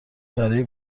برای